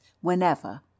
whenever